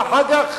ואחר כך